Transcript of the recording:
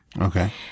Okay